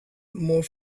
more